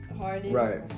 Right